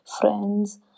friends